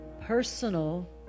personal